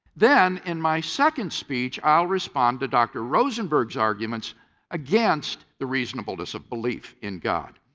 then, in my second speech, i will respond to dr. rosenberg's arguments against the reasonableness of belief in god.